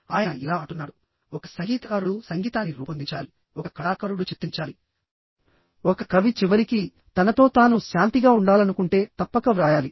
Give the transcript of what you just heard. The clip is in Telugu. ఆయన ఇలా అంటున్నాడు ఒక సంగీతకారుడు సంగీతాన్ని రూపొందించాలి ఒక కళాకారుడు చిత్రించాలి ఒక కవి చివరికి తనతో తాను శాంతిగా ఉండాలనుకుంటే తప్పక వ్రాయాలి